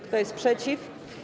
Kto jest przeciw?